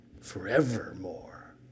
forevermore